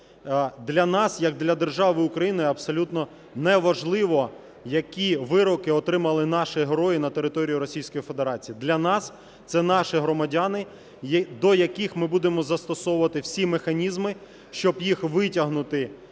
Для нас як для держави України абсолютно неважливо, які вироки отримали наші герої на території Російської Федерації. Для нас це наші громадяни, до яких ми будемо застосовувати всі механізми, щоб їх витягнути